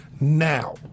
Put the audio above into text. now